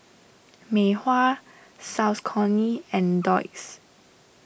Mei Hua Saucony and Doux